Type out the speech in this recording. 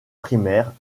primaires